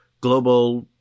global